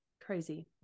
Crazy